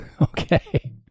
Okay